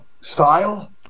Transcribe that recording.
style